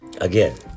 again